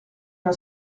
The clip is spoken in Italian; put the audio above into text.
uno